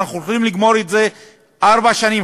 אנחנו יכולים לגמור את זה בארבע שנים,